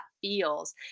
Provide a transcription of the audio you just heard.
feels